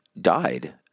died